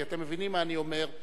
כי אתם מבינים מה אני אומר,